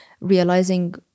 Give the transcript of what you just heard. realizing